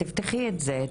תפתחי את זה,